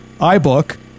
iBook